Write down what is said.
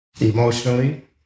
Emotionally